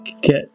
get